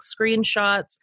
screenshots